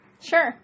Sure